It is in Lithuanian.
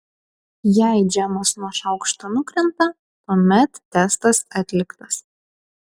jei džemas nuo šaukšto nukrenta tuomet testas atliktas